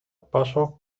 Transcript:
pasos